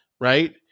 right